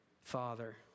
Father